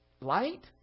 light